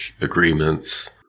agreements